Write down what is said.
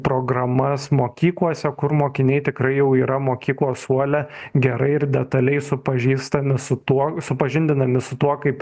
programas mokyklose kur mokiniai tikrai jau yra mokyklos suole gerai ir detaliai supažįstami su tuo supažindinami su tuo kaip